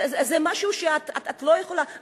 זה משהו שאת לא יכולה,